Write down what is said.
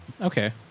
Okay